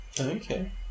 okay